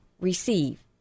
receive